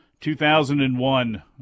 2001